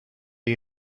you